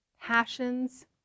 passions